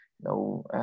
No